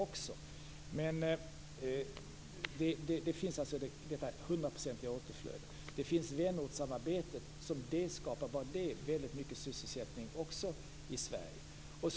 Det finns alltså ett hundraprocentigt återflöde, och det finns ett vänortssamarbete, som bara det också skapar mycket sysselsättning i Sverige.